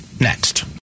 next